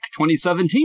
2017